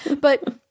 but-